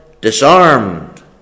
disarmed